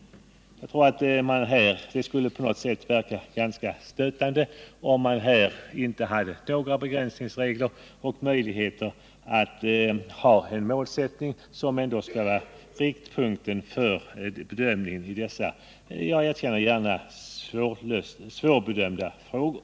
Men jag anser att det skulle verka ganska stötande, om man inte hade några begränsningsregler eller någon målsättning som riktpunkt för en bedömning av dessa — det erkänner jag gärna — svårbedömda frågor.